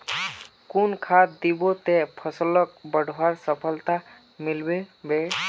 कुन खाद दिबो ते फसलोक बढ़वार सफलता मिलबे बे?